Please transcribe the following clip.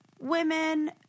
women